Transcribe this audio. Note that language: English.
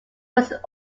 was